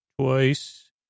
twice